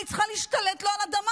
אני צריכה להשתלט לו על אדמה.